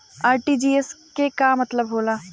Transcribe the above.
RTGS के का मतलब होला?